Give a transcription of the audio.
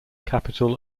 capital